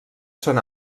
són